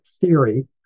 theory